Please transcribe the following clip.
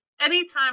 anytime